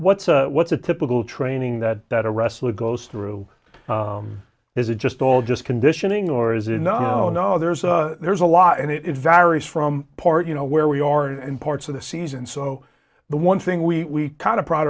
what's what's a typical training that that a wrestler goes through is it just all just conditioning or is it enough to know there's a there's a lot and it is varies from part you know where we are and parts of the season so the one thing we kind of proud